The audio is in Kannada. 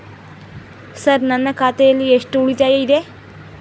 ಸರ್ ನನ್ನ ಖಾತೆಯಲ್ಲಿ ಎಷ್ಟು ಉಳಿತಾಯ ಇದೆ?